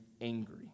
angry